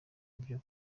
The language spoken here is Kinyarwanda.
nabyo